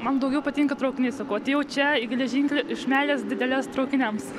man daugiau patinka traukiniai sakau atėjau čia į geležinkelį iš meilės didelės traukiniams